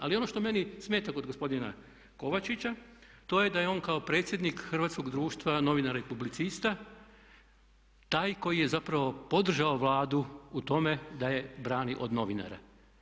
Ali ono što meni smeta kod gospodina Kovačića to je da je on kao predsjednik Hrvatskog društva novinara i publicista taj koji je zapravo podržao Vladu u tome da je brani od novinara.